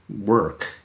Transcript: work